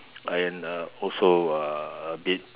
and uh also uh a bit